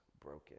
broken